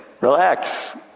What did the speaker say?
Relax